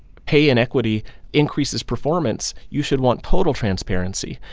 pay inequity increases performance, you should want total transparency.